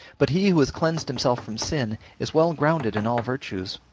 but he who has cleansed himself from sin, is well grounded in all virtues,